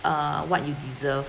err what you deserve